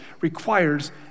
requires